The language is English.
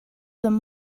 them